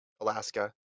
Alaska